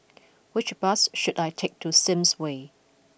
which bus should I take to Sims Way